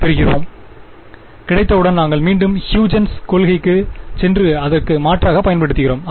பெறுகிறோம் கிடைத்தவுடன் நாங்கள் மீண்டும் ஹ்யூஜென்ஸ் கொள்கைகளுக்குச் Huygen'sPrincipleசென்று இதற்கு மாற்றாகப் பயன்படுத்துகிறோம்